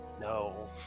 no